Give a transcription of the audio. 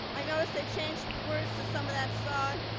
i notice they changed the words to some of that song,